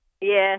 Yes